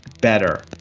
better